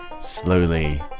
Slowly